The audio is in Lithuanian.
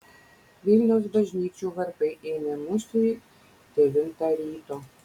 vilniaus bažnyčių varpai ėmė mušti devintą ryto